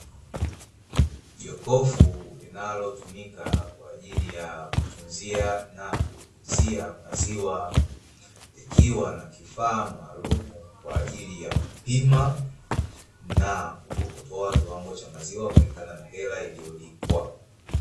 Jokofu linalotumika kwaajili ya kutunzia na kuuzia maziwa, ikiwa na kifaa maalum kwaajili ya kupima na kutoa kiwango cha maziwa kulingana na hela iliyolipwa.